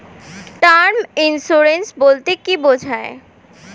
Term insurance বলতে কী বোঝায়?